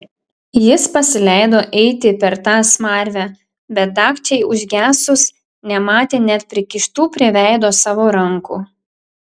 jis pasileido eiti per tą smarvę bet dagčiai užgesus nematė net prikištų prie veido savo rankų